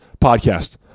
podcast